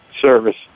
service